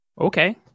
Okay